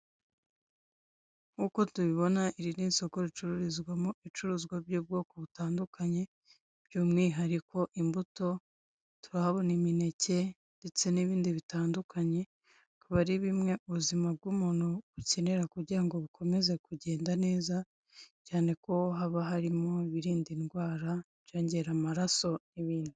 Nk'uko tubibona, iri ni isoko ricururizwamo ibicuruzwa by'ubwoko butandukanye, by'umwihariko imbuto. Turahabona imineke ndetse n'ibindi bitandukanye, akaba ari bimwe ubuzima bw'umuntu bukenera kugira ngo bukomeze kugenda neza, cyane ko haba harimo ibirinda indwara, ibyongera amaraso, n'ibindi.